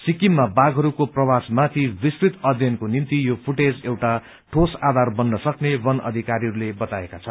सिक्किममा बाघहरूको प्रवासमाथि विस्तृत अध्ययनको निम्ति यो फूटेज एउटा ठोस आधार बन्न सक्ने वन अधिकारीले बताएका छन्